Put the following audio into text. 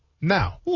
Now